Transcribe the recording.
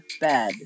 bed